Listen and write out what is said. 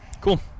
Cool